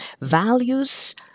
Values